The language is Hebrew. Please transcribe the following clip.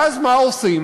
ואז, מה עושים?